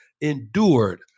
endured